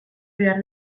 behar